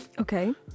Okay